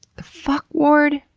the fuck, ward?